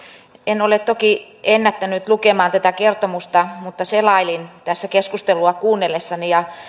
en ole toki ennättänyt lukemaan tätä kertomusta mutta selailin tässä keskustelua kuunnellessani ja